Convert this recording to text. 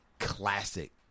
classic